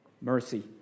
mercy